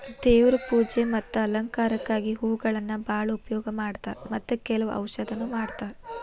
ದೇವ್ರ ಪೂಜೆ ಮತ್ತ ಅಲಂಕಾರಕ್ಕಾಗಿ ಹೂಗಳನ್ನಾ ಬಾಳ ಉಪಯೋಗ ಮಾಡತಾರ ಮತ್ತ ಕೆಲ್ವ ಔಷಧನು ಮಾಡತಾರ